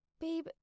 babe